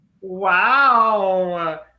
Wow